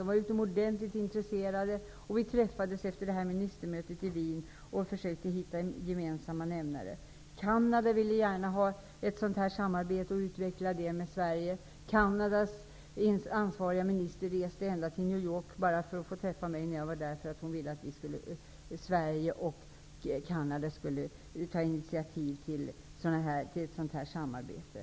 De var utomordentligt intresserade, och vi träffades efter ministermötet i Wien och försökte hitta gemensamma nämnare. Canada ville gärna utveckla ett samarbete med Sverige på det här området. Canadas ansvariga minister reste ända till New York bara för att få träffa mig när jag var där, eftersom hon ville att Sverige och Canada skulle ta initiativ till ett sådant samarbete.